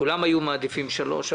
כולם היו מעדיפים שלוש שנים.